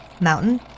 Mountain